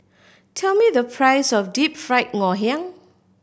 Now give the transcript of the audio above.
tell me the price of Deep Fried Ngoh Hiang